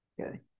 Okay